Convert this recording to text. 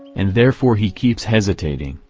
and therefore he keeps hesitating,